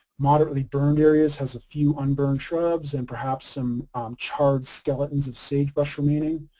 moderately burned areas has a few un-burned shrubs and perhaps some charred skeletons of sagebrush remaining.